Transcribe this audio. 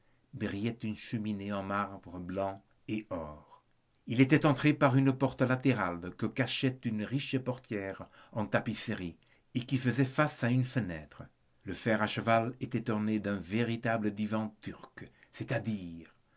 brillait une cheminée en marbre blanc et or il était entré par une porte latérale que cachait une riche portière en tapisserie et qui faisait face à une fenêtre le fer à cheval était orné d'un véritable divan turc c'est-à-dire